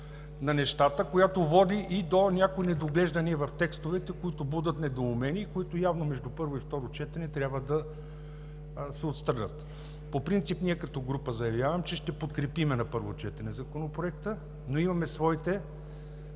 на нещата, която води и до някои недоглеждания в текстовете, които будят недоумение, които, явно, между първо и второ четене трябва да се отстранят. По принцип ние, като група, заявявам, че ще подкрепим на първо четене Законопроекта, но имаме своите